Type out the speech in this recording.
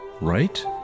Right